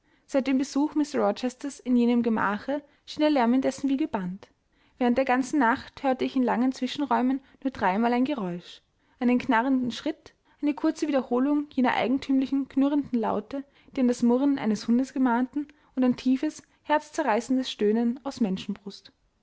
seit dem besuch mr rochesters in jenem gemache schien der lärm indessen wie gebannt während der ganzen nacht hörte ich in langen zwischenräumen nur dreimal ein geräusch einen knarrenden schritt eine kurze wiederholung jener eigentümlich knurrenden laute die an das murren eines hundes gemahnten und ein tiefes herzzerreißendes stöhnen aus menschenbrust